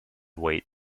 weight